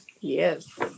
Yes